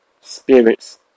Spirits